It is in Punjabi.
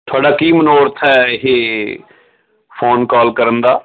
ਤੁਹਾਡਾ ਕੀ ਮਨੋਰਥ ਹੈ ਇਹ ਫੋਨ ਕੋਲ ਕਰਨ ਦਾ